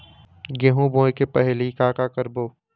गेहूं बोए के पहेली का का करबो?